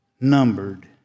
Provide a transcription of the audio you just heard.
numbered